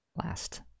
last